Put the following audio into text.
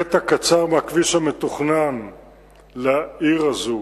קטע קצר מהכביש המתוכנן לעיר הזו